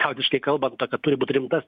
liaudiškai kalbant na kad turi būt rimta